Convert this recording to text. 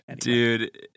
dude